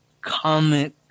comic